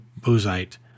Buzite